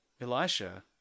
Elisha